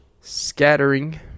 scattering